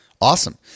Awesome